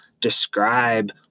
describe